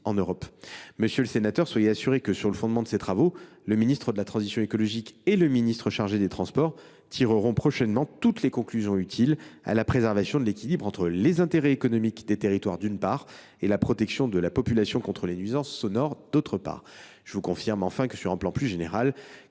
Monsieur le sénateur, soyez assuré que le ministre de la transition écologique et le ministre chargé des transports tireront prochainement de ces travaux toutes les conclusions utiles à la préservation de l’équilibre entre les intérêts économiques des territoires, d’une part, et la protection de la population contre les nuisances sonores, d’autre part. Je vous confirme, enfin, sur un plan plus général,